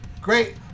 Great